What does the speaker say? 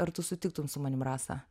ar tu sutiktum su manim rasa